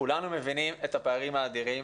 כולנו מבינים את הפערים האדירים,